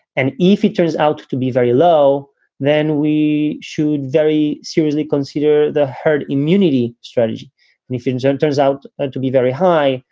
and if it turns out to be very. so then we should very seriously consider the herd immunity strategy and if it and yeah turns out to be very high.